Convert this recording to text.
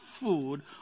food